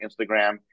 Instagram